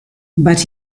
but